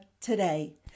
today